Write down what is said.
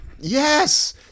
Yes